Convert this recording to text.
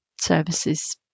services